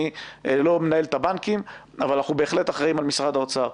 אני לא מנהל את הבנקים אבל אנחנו בהחלט אחראים למשרד האוצר.